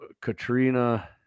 Katrina